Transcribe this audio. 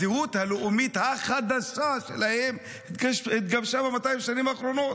הזהות הלאומית החדשה שלהם התגבשה ב-200 השנים האחרונות.